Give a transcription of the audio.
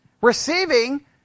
Receiving